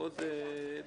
הישיבה ננעלה בשעה